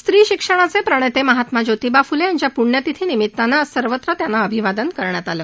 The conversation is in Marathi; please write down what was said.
स्त्री शिक्षणाचे प्रणेते महात्मा ज्योतिबा फ्ले यांच्या प्ण्यतिथीनिमितानं आज सर्वत्र त्यांना अभिवादन करण्यात आलं